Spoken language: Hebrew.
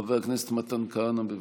חבר הכנסת מתן כהנא, בבקשה.